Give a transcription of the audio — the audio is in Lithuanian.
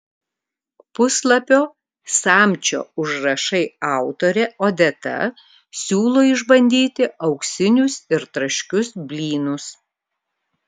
puslapio samčio užrašai autorė odeta siūlo išbandyti auksinius ir traškius blynus